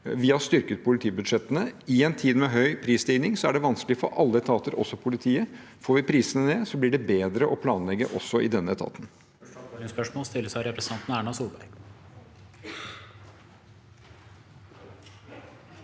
Vi har styrket politibudsjettene. I en tid med høy prisstigning er det vanskelig for alle etater, også politiet. Får vi prisene ned, blir det bedre å planlegge også i denne etaten.